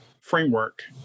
framework